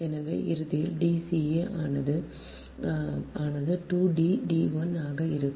எனவே இறுதியில் D ca ஆனது 2 D d 1 ஆக இருக்கும்